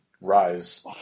rise